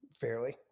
fairly